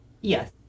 Yes